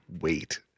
wait